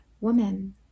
Woman